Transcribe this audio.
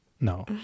No